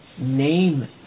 Name